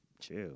chill